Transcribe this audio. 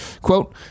Quote